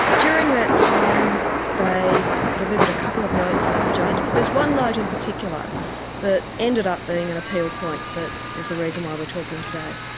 during that time they delivered a couple of notes to the judge, but there's one note in particular that ended up being an appeal point that is the reason why we are talking today.